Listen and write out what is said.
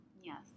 yes